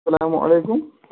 اسلام علیکُم